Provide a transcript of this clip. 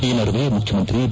ಈ ನಡುವೆ ಮುಖ್ಲಮಂತ್ರಿ ಬಿ